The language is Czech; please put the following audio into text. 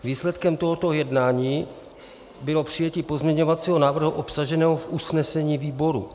Výsledkem tohoto jednání bylo přijetí pozměňovacího návrhu obsaženého v usnesení výboru.